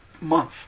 month